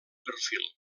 perfil